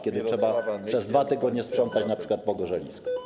kiedy trzeba przez 2 tygodnie sprzątać np. pogorzelisko?